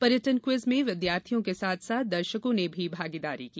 पर्यटन क्विज में विद्यार्थियों के साथ साथ दर्षकों ने भी भागीदारी की